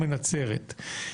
מנצרת,